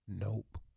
Nope